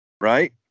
Right